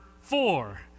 four